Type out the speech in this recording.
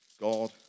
God